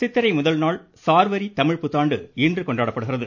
சித்திரை முதல்நாள் சார்வரி தமிழ்புத்தாண்டு இன்று கொண்டாடப்படுகிறது